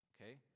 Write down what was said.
okay